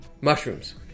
Mushrooms